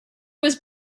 was